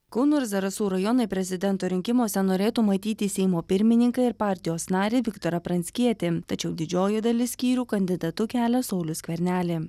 kauno ir zarasų rajonai prezidento rinkimuose norėtų matyti seimo pirmininką ir partijos narį viktorą pranckietį tačiau didžioji dalis skyrių kandidatu kelia saulių skvernelį